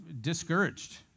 discouraged